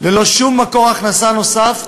ללא שום מקור הכנסה נוסף,